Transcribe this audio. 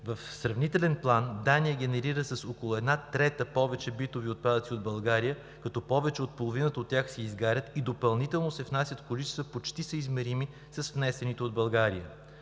В сравнителен план Дания генерира с около една трета повече битови отпадъци от България, като повече от половината от тях се изгарят и допълнително се внасят количества, почти съизмерими с внесените от България.